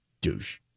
Douche